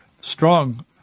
strong